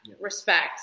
respect